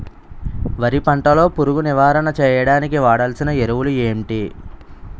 వరి పంట లో పురుగు నివారణ చేయడానికి వాడాల్సిన ఎరువులు ఏంటి?